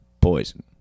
poison